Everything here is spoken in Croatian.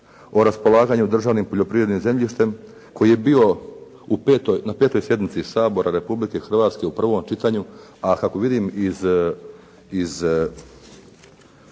o raspolaganju državnim poljoprivrednim zemljištem koji je bio u 5., na 5. sjednici Sabora Republike Hrvatske u prvom čitanju a kako vidim iz